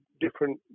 different